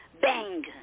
Bang